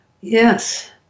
Yes